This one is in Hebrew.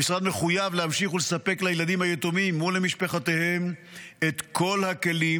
המשרד מחויב להמשיך ולספק לילדים היתומים ולמשפחותיהם את כל הכלים